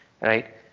right